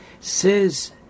says